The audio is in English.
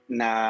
na